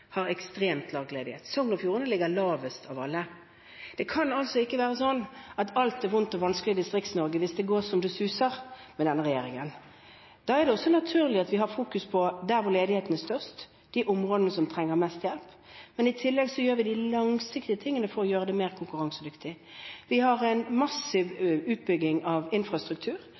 har ekstremt lav ledighet. Sogn og Fjordane ligger lavest av alle. Det kan altså ikke være slik at alt er vondt og vanskelig i Distrikts-Norge – hvis det går så det suser med denne regjeringen. Det er naturlig at vi har fokus på de områdene der ledigheten er størst, de områdene som trenger mest hjelp. Men i tillegg ser vi på det langsiktige for å gjøre det mer konkurransedyktig. Vi har en massiv utbygging av infrastruktur.